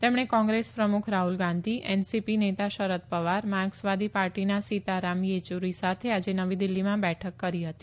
તેમણે કોંગ્રેસ પ્રમુખ રાહુલ ગાંધી એનસીપી નેતા શરદ પવાર માર્કસવાદી પાર્ટીના સીતારામ યેચૂરી સાથે આજે નવી દિલ્હીમાં બેઠક કરી હતી